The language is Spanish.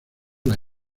las